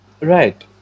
Right